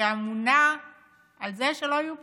שאמונה על זה שלא היו פקקים.